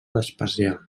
vespasià